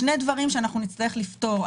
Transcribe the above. שני דברים שנצטרך לפתור.